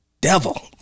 devil